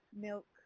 milk